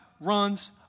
runs